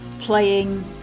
playing